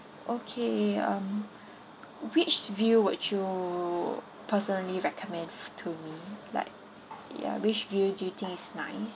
okay um which view would you personally recommend to me like yeah which do you do you think is nice